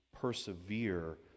persevere